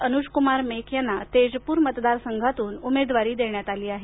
अनुजकुमार मेख तेजपूर मतदारसंघातून उमेदवारी देण्यात आली आहे